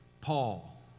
Paul